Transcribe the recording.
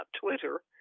Twitter